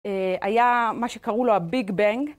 היה מה שקראו לו הביג בנג.